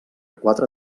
quatre